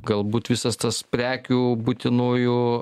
galbūt visas tas prekių būtinųjų